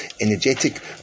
energetic